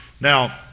Now